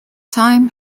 time